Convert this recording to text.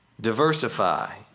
Diversify